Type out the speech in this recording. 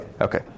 Okay